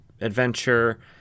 adventure